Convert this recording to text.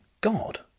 God